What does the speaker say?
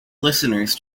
listeners